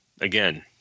again